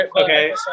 Okay